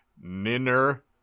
Niner